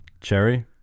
Cherry